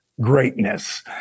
greatness